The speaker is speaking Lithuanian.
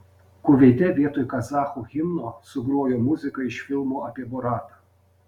kuveite vietoj kazachų himno sugrojo muziką iš filmo apie boratą